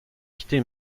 quitté